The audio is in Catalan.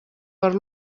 per